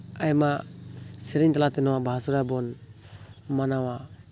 ᱟᱭᱢᱟ ᱥᱮᱨᱮᱧ ᱛᱟᱞᱟᱛᱮ ᱱᱚᱣᱟ ᱵᱟᱦᱟ ᱥᱚᱦᱨᱟᱭ ᱵᱚᱱ ᱢᱟᱱᱟᱣᱟ